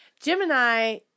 Gemini